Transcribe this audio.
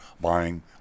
buying